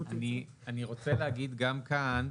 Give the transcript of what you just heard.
אני רוצה להגיד גם כאן,